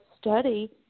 study